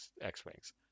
X-Wings